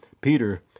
Peter